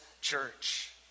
church